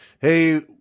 Hey